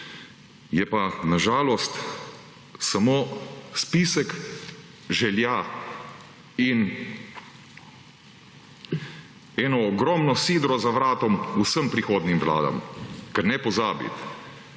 je pa na žalost samo spisek želja in eno ogromno sidro za vratom vsem prihodnjim vladam. Ker ne pozabiti,